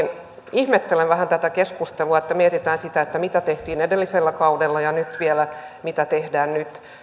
ihmettelen vähän tätä keskustelua että mietitään sitä mitä tehtiin edellisellä kaudella ja nyt vielä mitä tehdään nyt